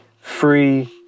free